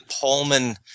Pullman